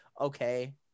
Okay